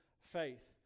faith